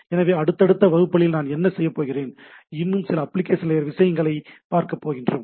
எனவே அடுத்தடுத்த வகுப்புகளில் நாம் என்ன செய்யப் போகிறோம் என்றால் இன்னும் சில அப்ளிகேஷன் லேயர் விஷயங்களைக் பார்க்கப்போகிறோம்